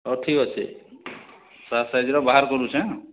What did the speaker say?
ହଉ ଠିକ୍ ଅଛି ତା' ସାଇଜର୍ ବାହାର୍ କରୁଛେଁ